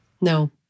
No